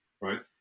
right